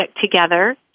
together